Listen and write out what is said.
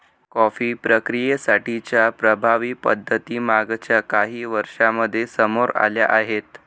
coffee प्रक्रियेसाठी च्या प्रभावी पद्धती मागच्या काही वर्षांमध्ये समोर आल्या आहेत